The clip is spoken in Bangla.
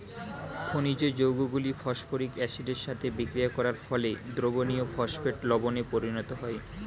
খনিজ যৌগগুলো ফসফরিক অ্যাসিডের সাথে বিক্রিয়া করার ফলে দ্রবণীয় ফসফেট লবণে পরিণত হয়